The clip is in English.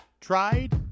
tried